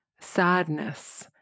sadness